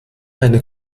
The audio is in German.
eine